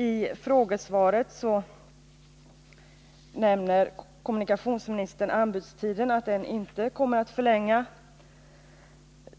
I frågesvaret nämner kommunikationsministern att anbudstiden inte kommer att förlänga